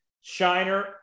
Shiner